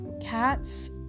cats